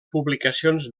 publicacions